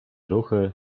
ruchy